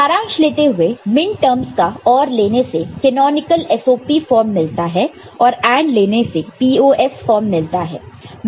सारांश लेते हुए मिनटर्म्स का OR लेने से कैनॉनिकल SOP फॉर्म मिलता है और AND लेने से POS फॉर्म मिलता है